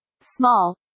small